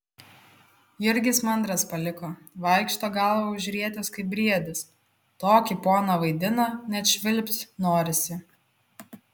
jurgis mandras paliko vaikšto galvą užrietęs kaip briedis tokį poną vaidina net švilpt norisi